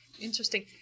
Interesting